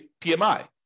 PMI